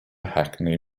hackney